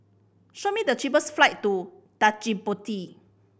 show me the cheapest flight to Djibouti